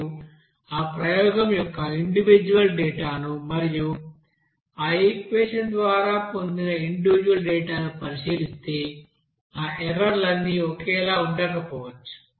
మీరు ఆ ప్రయోగం యొక్క ఇండివిజుఅల్ డేటాను మరియు ఆ ఈక్వెషన్ ద్వారా పొందిన ఇండివిజుఅల్ డేటాను పరిశీలిస్తే ఆ ఎర్రర్ లన్నీ ఒకేలా ఉండకపోవచ్చు